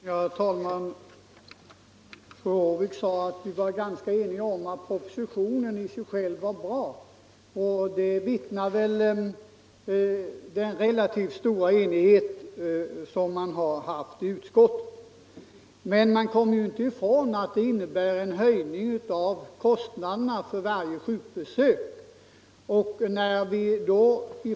Herr talman! Fru Håvik sade att vi var ganska eniga om att propositionen i sig själv var bra. Det vittnar väl också den relativt stora enigheten i utskottet om. Men man kommer inte ifrån att regeringsförslaget innebär en höjning av den enskildes kostnad för varje sjukbesök.